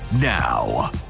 now